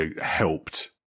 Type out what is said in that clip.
helped